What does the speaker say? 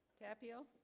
tapio